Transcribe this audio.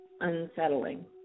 unsettling